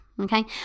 okay